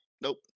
nope